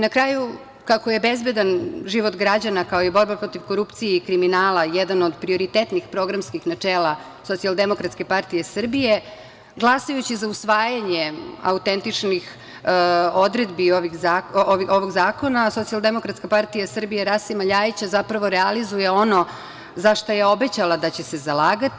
Na kraju, kako je bezbedan život građana kao i borba protiv korupcije i kriminala jedan od prioritetnih programskih načela Socijaldemokratske partije Srbije, glasajući za usvajanje autentičnih odredbi ovog zakona Socijaldemokratska partija Srbije Rasima Ljajića zapravo realizuje ono za šta je obećala da će se zalagati.